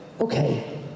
okay